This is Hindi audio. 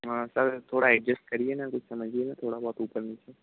हाँ सर थोड़ा एडजस्ट करिए ना कुछ समझिए ना थोड़ा बहुत ऊपर नीचे